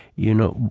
you know,